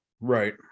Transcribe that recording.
Right